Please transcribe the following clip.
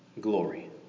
glory